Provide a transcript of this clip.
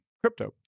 crypto